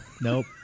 Nope